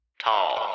tall